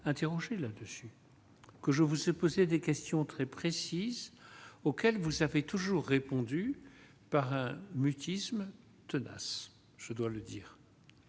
interrogé là-dessus que je vous ai posé des questions très précises auxquelles vous avez toujours répondu par un mutisme tenace, je dois le dire,